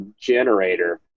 generator